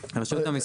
מס רכוש זה דבר אחד.